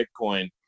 Bitcoin